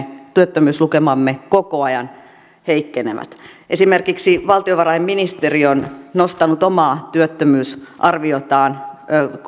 työttömyyslukemamme koko ajan heikkenevät esimerkiksi valtiovarainministeriö on nostanut omaa työttömyysarviotaan